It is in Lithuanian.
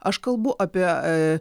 aš kalbu apie